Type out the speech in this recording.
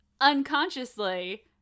unconsciously